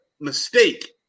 mistake